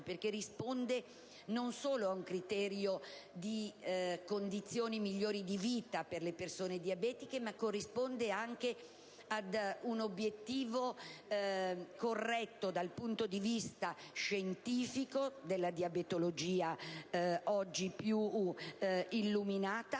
perché risponde non solo ad un criterio di condizioni migliori di vita per le persone diabetiche, ma anche ad un obiettivo corretto dal punto di vista scientifico della diabetologia oggi più illuminata,